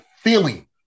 feeling